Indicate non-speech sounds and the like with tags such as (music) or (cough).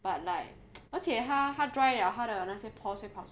but like (noise) 而且它它 dry liao 它的那些 pores 会跑